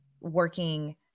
working